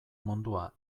mundua